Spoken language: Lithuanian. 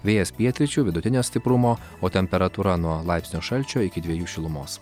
vėjas pietryčių vidutinio stiprumo o temperatūra nuo laipsnio šalčio iki dviejų šilumos